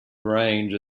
range